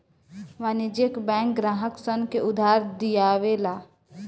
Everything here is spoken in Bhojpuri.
वाणिज्यिक बैंक ग्राहक सन के उधार दियावे ला